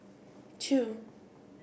two